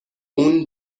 اون